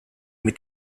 mit